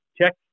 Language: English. check